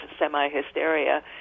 semi-hysteria